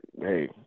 hey